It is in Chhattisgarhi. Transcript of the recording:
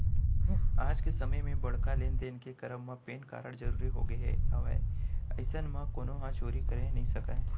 आज के समे म बड़का लेन देन के करब म पेन कारड जरुरी होगे हवय अइसन म कोनो ह चोरी करे नइ सकय